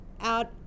out